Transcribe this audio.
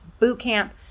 bootcamp